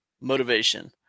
motivation